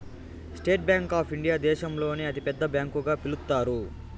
state Bank of India దేశంలోనే అతి పెద్ద బ్యాంకు గా పిలుత్తారు